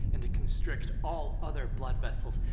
and to constrict all other blood vessels,